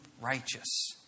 righteous